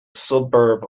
suburb